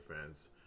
fans